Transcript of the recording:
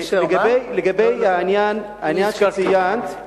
לגבי העניין שאת ציינת,